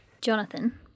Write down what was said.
jonathan